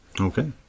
Okay